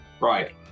Right